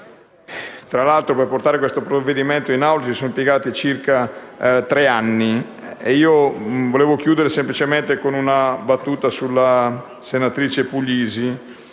Tra l'altro, per portare questo provvedimento in Assemblea si è impiegato circa tre anni. Vorrei chiudere semplicemente con una battuta alla senatrice Puglisi: